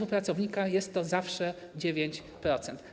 U pracownika jest to zawsze 9%.